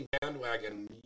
bandwagon